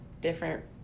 different